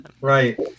Right